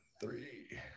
Three